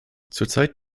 zurzeit